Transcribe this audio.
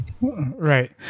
Right